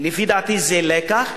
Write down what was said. לפי דעתי זה לקח,